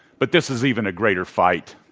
but this is even a greater fight.